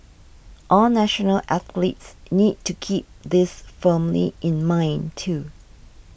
all national athletes need to keep this firmly in mind too